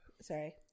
Sorry